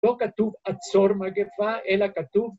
לא כתוב "עצור מגפה" אלא כתוב